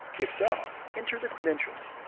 if so, enter the credentials.